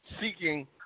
seeking